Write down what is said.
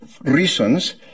reasons